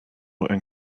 and